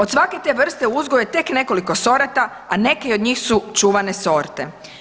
Od svake te vrste uzgoj je tek nekoliko sorata, a neki od njih su čuvane sorte.